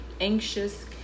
anxious